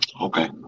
Okay